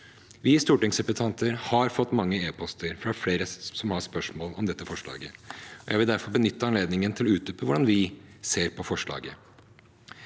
Vi stortingsrepresentanter har fått mange e-poster fra flere som har spørsmål om dette forslaget. Jeg vil derfor benytte anledningen til å utdype hvordan vi ser på forslaget.